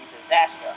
disaster